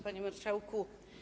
Panie Marszałku!